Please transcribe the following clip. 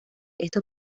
estos